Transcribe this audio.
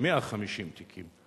בכ-150 תיקים.